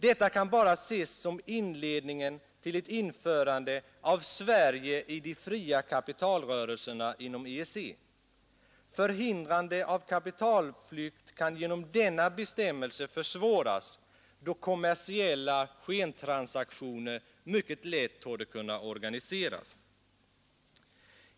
Detta kan bara ses som inledningen till ett införande av Sverige i de fria kapitalrörelserna inom EEC. Förhindrande av kapitalflykt kan genom denna bestämmelse försvåras, då kommersiella skentransaktioner mycket lätt torde kunna organiseras.